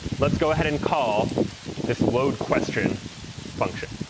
let's go ahead and call this load question function.